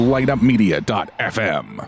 LightUpMedia.fm